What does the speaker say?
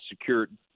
secured